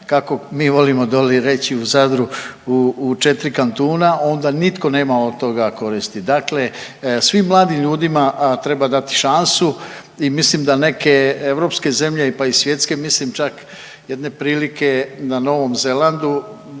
kako mi volimo doli reći u Zadru u 4 kantuna, onda nitko nema od toga koristi. Dakle svi mladim ljudima treba dati šansu i mislim da neke europske zemlje, pa i svjetske mislim čak, jedne prilike na Novom Zelandu